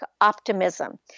optimism